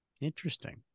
Interesting